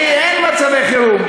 כי אין מצבי חירום.